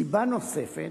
סיבה נוספת